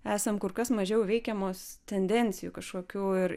esam kur kas mažiau veikiamos tendencijų kažkokių ir